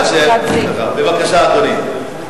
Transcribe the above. בבקשה, אדוני.